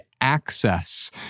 access